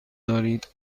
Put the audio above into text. دارید